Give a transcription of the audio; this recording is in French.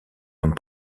homme